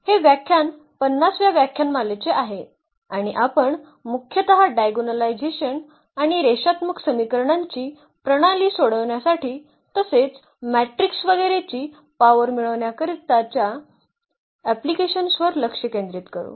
हे व्याख्यान 50 व्या व्याख्यानमालेचे आहे आणि आपण मुख्यत डायगोनलायझेशन आणि रेषात्मक समीकरणांची प्रणाली सोडविण्यासाठी तसेच मॅट्रिकस वगैरेची पॉवर मिळविण्याकरिताच्या अँप्लिकेशन्सवर लक्ष केंद्रित करू